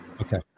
Okay